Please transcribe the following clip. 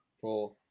Four